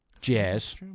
Jazz